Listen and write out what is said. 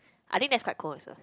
I think that's quite cause